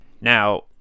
Now